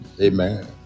Amen